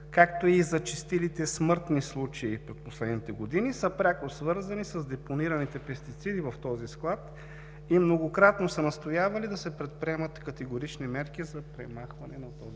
както и зачестилите смъртни случаи през последните години, са пряко свързани с депонираните пестициди в този склад. Многократно са настоявали да се предприемат категорични мерки за премахване на този склад